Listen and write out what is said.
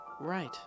Right